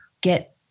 get